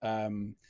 um,